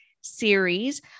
series